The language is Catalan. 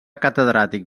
catedràtic